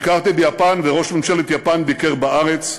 ביקרתי ביפן, וראש ממשלת יפן ביקר בארץ.